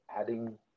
adding